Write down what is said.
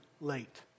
late